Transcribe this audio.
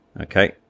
Okay